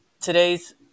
today's